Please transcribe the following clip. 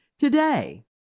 Today